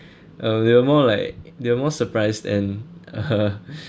uh they were more like they were more surprised and uh